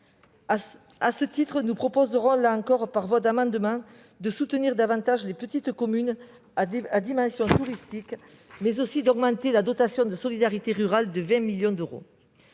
À ce titre, nous proposerons, par voie d'amendement, de soutenir davantage les petites communes à dimension touristique, mais aussi d'augmenter la dotation de solidarité rurale de 20 millions d'euros.